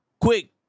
quick